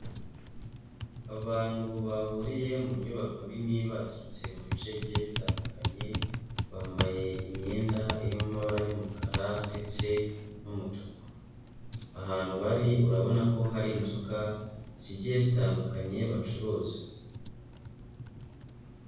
Abantu bahuriye mu nyubako nini baturutse mu bice bigiye bitandukanye, bambaye imyenda irimo amabara y'umukara ndetse n'umutuku. Ahantu bari urabona ko hari inzoga zigiye zitandukanye bacuruza.